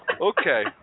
Okay